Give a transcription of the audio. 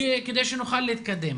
כדי שנוכל להתקדם.